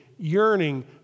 yearning